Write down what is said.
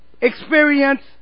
experience